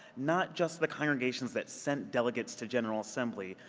not just the congregations that sent delegates to general assembly,